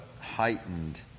heightened